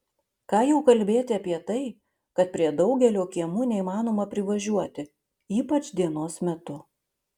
ką jau kalbėti apie tai kad prie daugelio kiemų neįmanoma privažiuoti ypač dienos metu